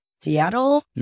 Seattle